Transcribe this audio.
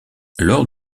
lors